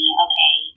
okay